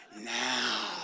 now